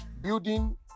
building